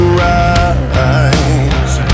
rise